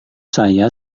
saya